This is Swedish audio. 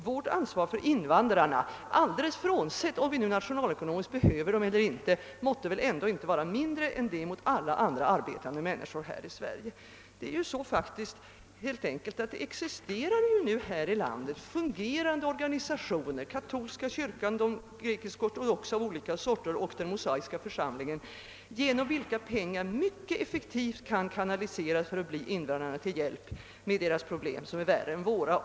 Vårt ansvar för invandrarna — bortsett från om vi nationalekonomiskt behöver dem eller inte — måtte väl inte vara mindre än det är för alla andra arbetande människor här i landet. Det är helt enkelt så att i det här landet existerar väl fungerande organisationer — katolska kyrkan, den grekisk-ortodoxa kyrkan och den mosaiska församlingen — genom vilka pengar mycket effektivt kan kanaliseras för att bli invandrarna till hjälp i deras problem, som är mycket värre än våra.